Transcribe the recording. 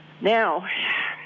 Now